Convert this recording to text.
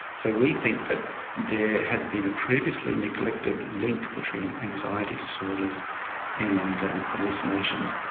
so we think that there has been a previously neglected link between anxiety disorders and hallucinations.